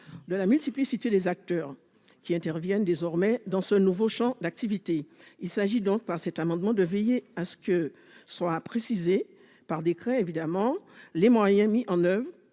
de la multiplicité des acteurs qui interviennent désormais dans ce nouveau champ d'activité. Il s'agit donc par cet amendement de veiller à ce que soient précisés par décret les moyens mis en oeuvre